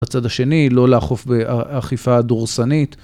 הצד השני, לא לאכוף באכיפה דורסנית.